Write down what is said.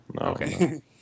Okay